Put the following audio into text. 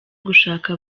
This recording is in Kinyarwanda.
gushaka